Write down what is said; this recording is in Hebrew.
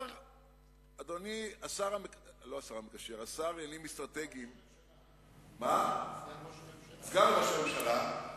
אדוני השר לעניינים אסטרטגיים, סגן ראש הממשלה,